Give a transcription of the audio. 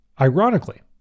Ironically